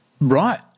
Right